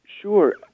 Sure